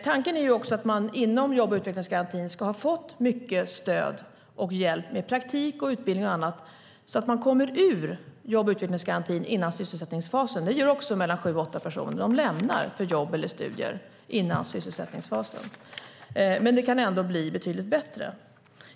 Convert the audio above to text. Tanken är också att man inom jobb och utvecklingsgarantin ska ha fått mycket stöd och hjälp med praktik, utbildning och annat så att man kommer ur jobb och utvecklingsgarantin före sysselsättningsfasen. Det är sju åtta personer som lämnar för jobb eller studier före sysselsättningsfasen. Men det kan bli betydligt bättre.